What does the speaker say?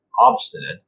obstinate